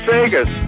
Vegas